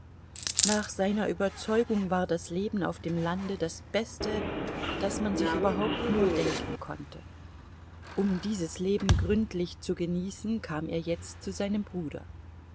nach seiner überzeugung war das leben auf dem lande das beste das man sich überhaupt nur denken konnte um dieses leben gründlich zu genießen kam er jetzt zu seinem bruder